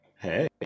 Hey